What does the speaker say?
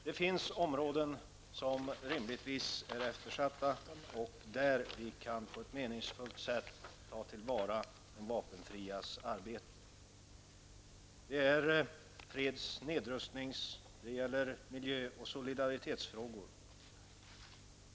Det finns områden som rimligtvis kan anses eftersatta och där vi på ett meningsfullt sätt kan ta till vara de vapenfrias arbete. Det gäller då freds-, nedrustnings-, miljö och solidaritetsfrågor.